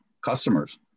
customers